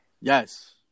Yes